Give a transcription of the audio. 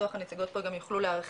שבטוח הנציגות פה יוכלו להרחיב,